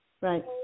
Right